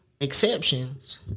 exceptions